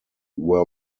were